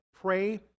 pray